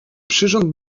przyrząd